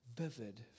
vivid